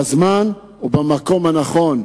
בזמן ובמקום הנכונים,